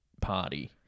party